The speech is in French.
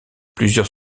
plusieurs